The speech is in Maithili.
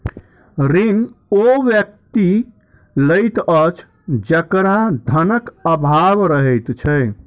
ऋण ओ व्यक्ति लैत अछि जकरा धनक आभाव रहैत छै